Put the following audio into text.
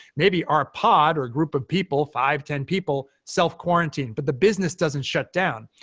maybe our pod or group of people five, ten people self quarantine. but the business doesn't shut down.